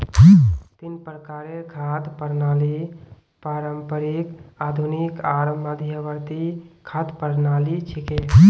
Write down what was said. तीन प्रकारेर खाद्य प्रणालि पारंपरिक, आधुनिक आर मध्यवर्ती खाद्य प्रणालि छिके